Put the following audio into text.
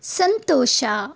ಸಂತೋಷ